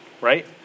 right